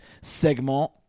segment